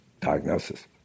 diagnosis